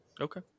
okay